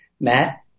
Matt